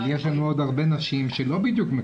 אבל יש לנו עוד הרבה נשים שלא בדיוק מקבלות.